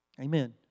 Amen